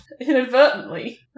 inadvertently